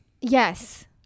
Yes